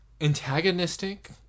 antagonistic